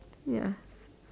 ya